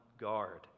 guard